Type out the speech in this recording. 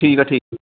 ਠੀਕ ਆ ਠੀਕ